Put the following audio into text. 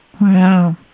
Wow